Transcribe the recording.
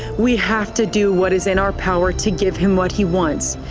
we have to do what is in our power to give him what he wants.